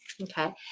Okay